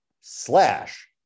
slash